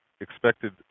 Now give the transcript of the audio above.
expected